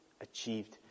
Achieved